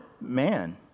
man